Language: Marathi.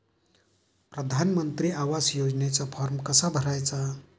प्रधानमंत्री आवास योजनेचा फॉर्म कसा भरायचा?